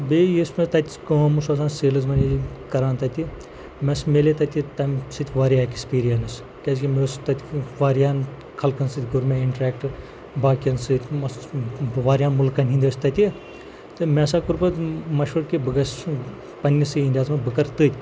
بیٚیہِ یُس مےٚ تَتٮ۪س کٲم اوس آسان سیلٕزمین یہِ کَران تَتہِ مےٚ حظ ملے تَتہِ یہِ تَمہِ سۭتۍ واریاہ ایکٕسپیٖرنٕس کیٛازِکہِ مےٚ اوس تَتہِ واریَہَن خلقَن سۭتۍ کوٚر مےٚ اِنٹرٛیکٹ باقٕیَن سۭتۍ وایَہَن مُلکَن ہنٛدۍ ٲسۍ تَتہِ تہٕ مےٚ ہَسا کوٚر پَتہٕ مَشوَر کہِ بہٕ گژھٕ پنٛںِسٕے اِنڈیاہس منٛز بہٕ کَرٕ تٔتھۍ